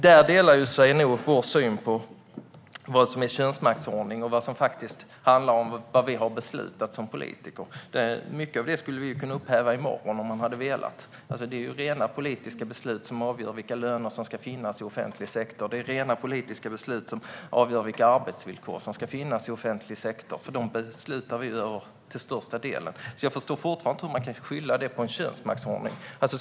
Där delar sig nog vår syn på vad som är könsmaktsordning och vad som faktiskt handlar om vad vi har beslutat som politiker. Mycket av det skulle man kunna upphäva i morgon om man hade velat. Det är rena politiska beslut som avgör vilka löner det ska vara i offentlig sektor, och det är rena politiska beslut som avgör vilka arbetsvillkor det ska vara i offentlig sektor, för dem beslutar vi ju om till största delen. Jag förstår fortfarande inte varför man skyller det på en könsmaktsordning.